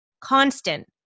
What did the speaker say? constant